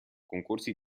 concorsi